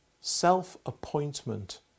self-appointment